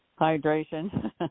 Hydration